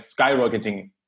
skyrocketing